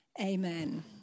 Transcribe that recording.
amen